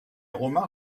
romains